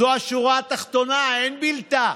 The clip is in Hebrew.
זו השורה התחתונה, אין בלתה,